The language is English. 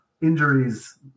injuries